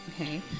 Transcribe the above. okay